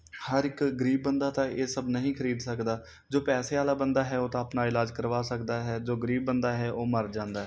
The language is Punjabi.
ਹਰ ਇੱਕ ਗਰੀਬ ਬੰਦਾ ਤਾਂ ਇਹ ਸਭ ਨਹੀਂ ਖਰੀਦ ਸਕਦਾ ਜੋ ਪੈਸੇ ਵਾਲਾ ਬੰਦਾ ਹੈ ਉਹ ਤਾਂ ਆਪਣਾ ਇਲਾਜ ਕਰਵਾ ਸਕਦਾ ਹੈ ਜੋ ਗਰੀਬ ਬੰਦਾ ਹੈ ਉਹ ਮਰ ਜਾਂਦਾ